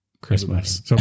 Christmas